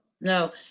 No